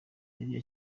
yari